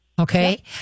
Okay